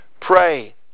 pray